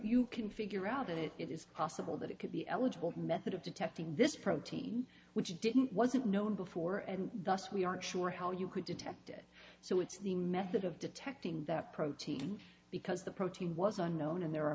you can figure out that it is possible that it could be eligible method of detecting this protein which didn't wasn't known before and thus we aren't sure how you could detect it so it's the method of detecting that protein because the protein was unknown and there are